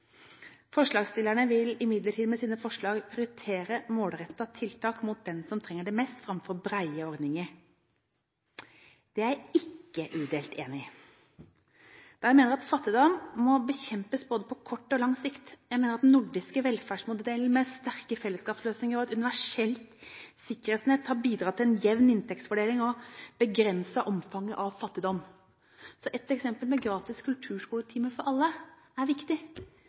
Forslagsstillerne vil imidlertid med sine forslag prioritere målrettede tiltak mot dem som trenger det mest, framfor brede ordninger. Det er jeg ikke udelt enig i, da jeg mener at fattigdom må bekjempes på både kort og lang sikt. Jeg mener at den nordiske velferdsmodellen med sterke fellesskapsløsninger og et universelt sikkerhetsnett har bidratt til en jevn inntektsfordeling, og begrenset omfanget av fattigdom. Et eksempel med gratis kulturskoletimer for alle er viktig